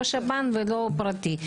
לא שב"ן ולא פרטי,